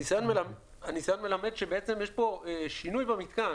הניסיון מלמד שיש פה שינוי במתקן.